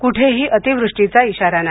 कुठेही अतिवृष्टिचा इशारा नाही